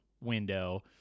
window